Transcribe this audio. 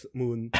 moon